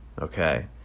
Okay